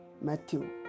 Matthew